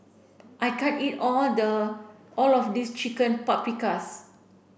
I can't eat all the all of this Chicken Paprikas